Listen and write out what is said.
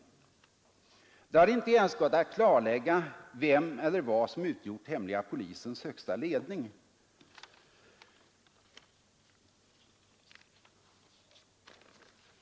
Det hade inte ens gått att klarlägga vem eller vad som utgjort hemliga polisens högsta ledning.